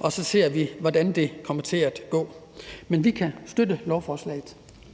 og så ser vi, hvordan det kommer til at gå. Men vi kan støtte lovforslaget.